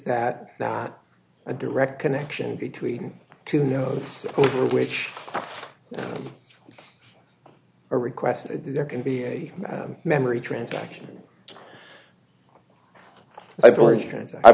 that that a direct connection between two nodes over which a request there can be a memory transaction i